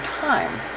time